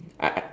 I I